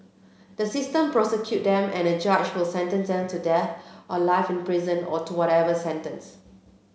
the system prosecute them and a judge will sentence them to death or life in prison or to whatever sentence